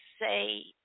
say